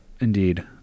Indeed